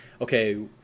okay